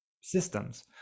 systems